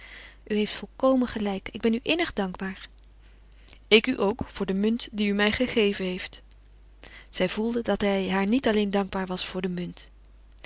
u heeft volkomen gelijk ik ben u innig dankbaar ik u ook voor de munt die u mij gegeven hebt zij voelde dat hij haar niet alleen dankbaar was voor de munt